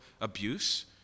abuse